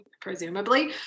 presumably